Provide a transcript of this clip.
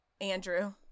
Andrew